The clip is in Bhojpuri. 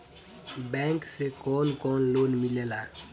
बैंक से कौन कौन लोन मिलेला?